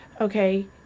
okay